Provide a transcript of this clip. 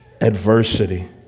adversity